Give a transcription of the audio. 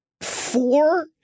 four